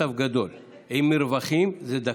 בכתב גדול עם רווחים, זה דקה,